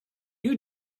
you